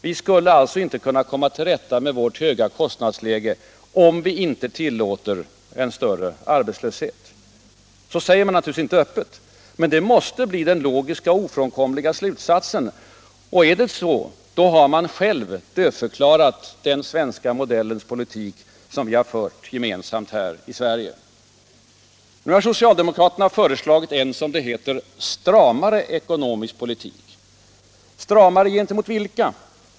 Vi skulle alltså inte kunna komma till rätta med vårt höga kostnadsläge, om vi inte tillåter en större arbetslöshet. Så säger man naturligtvis inte öppet, men det måste bli den ofrånkomliga logiska slutsatsen. Och är det så har man själv dödförklarat ”den svenska modellens” politik, som vi gemensamt fört här i Sverige. Nu har socialdemokraterna föreslagit en, som det heter, ”stramare” ekonomisk politik. Stramare gentemot vilka?